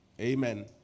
Amen